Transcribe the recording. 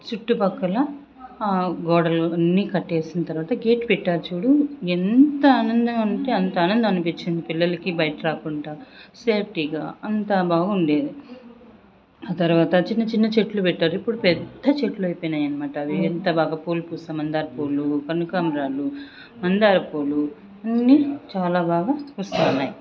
చుట్టుపక్కల గోడలు అన్ని కట్టేసిన తర్వాత గేట్ పెట్టారు చూడు ఎంత ఆనందం అంటే అంత ఆనందం అనిపించింది పిల్లలకి బయట రాకుండా సేఫ్టీగా అంతా బాగా ఉండేది ఆ తర్వాత చిన్న చిన్న చెట్లు పెట్టారు ఇప్పుడు పెద్ద చెట్లు అయిపోయినాయి అనమాట అవి ఎంత బాగా పూలు పూసే మందార పూలు కనకాంబరాలు మందార పూలు అన్నీ చాలా బాగా వస్తున్నాయి